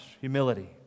humility